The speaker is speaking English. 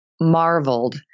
marveled